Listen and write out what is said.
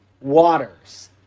waters